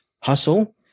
Hustle